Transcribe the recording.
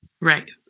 Right